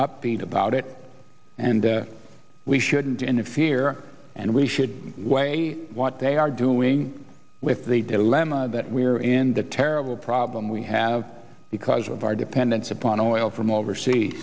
upbeat about it and we shouldn't interfere and we should weigh what they are doing with the dilemma that we're in the terrible problem we have because of our dependence upon oil from overseas